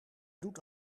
doet